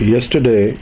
Yesterday